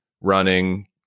running